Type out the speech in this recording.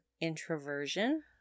introversion